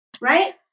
Right